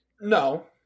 No